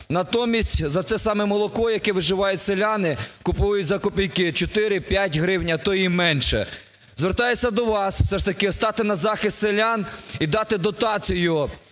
Натомість за це саме молоко, за яке виживають селяни, купують за копійки 4-5 гривень, а то і менше. Звертаюся до вас, все ж таки стати на захист селян і дати дотацію